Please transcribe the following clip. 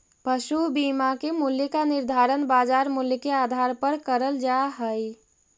पशु बीमा के मूल्य का निर्धारण बाजार मूल्य के आधार पर करल जा हई